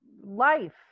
life